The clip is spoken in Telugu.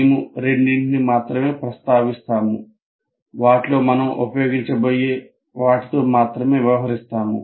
మేము రెండింటిని మాత్రమే ప్రస్తావిస్తాము వాటిలో మనం ఉపయోగించబోయే వాటితో మాత్రమే వ్యవహరిస్తాము